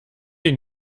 ihn